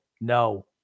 no